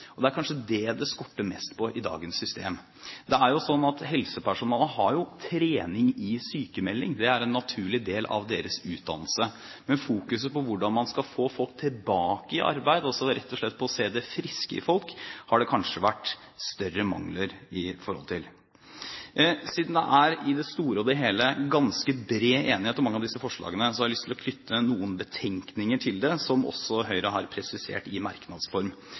Det er kanskje det det skorter mest på i dagens system. Det er jo sånn at helsepersonalet har trening i sykmelding. Det er en naturlig del av deres utdannelse, men fokuset på hvordan man skal få folk tilbake i arbeid – rett og slett på det å se det friske i folk – har det kanskje vært større mangler i forhold til. Siden det er i det store og hele ganske bred enighet om mange av disse forslagene, har jeg lyst til å knytte noen betenkninger til det, som også Høyre har presisert i